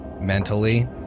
mentally